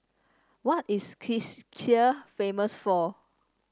what is Czechia famous for